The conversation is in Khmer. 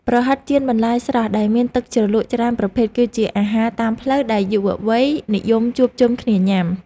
ប្រហិតចៀនបន្លែស្រស់ដែលមានទឹកជ្រលក់ច្រើនប្រភេទគឺជាអាហារតាមផ្លូវដែលយុវវ័យនិយមជួបជុំគ្នាញ៉ាំ។